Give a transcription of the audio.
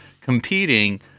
competing